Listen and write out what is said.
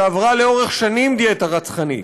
שעברה לאורך שנים דיאטה רצחנית.